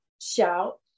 shout